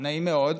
נעים מאוד,